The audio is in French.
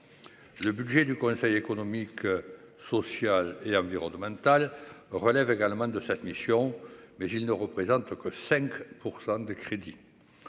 Le budget du Conseil économique, social et environnemental relève également de cette mission, mais ils ne représente que 5 % des crédits